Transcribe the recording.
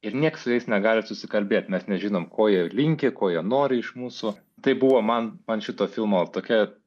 ir nieks su jais negali susikalbėt mes nežinom ko jie linki ko jie nori iš mūsų tai buvo man man šito filmo tokia